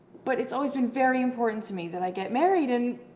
but it's always been very important to me that i get married and,